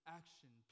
action